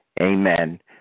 amen